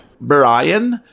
Brian